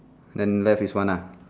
then left is one lah